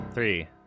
three